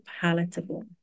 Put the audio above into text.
palatable